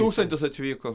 tūkstantis atvyko